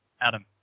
Adam